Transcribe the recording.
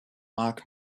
mark